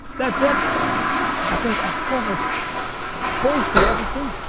that's that, and i think i've covered basically everything.